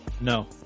No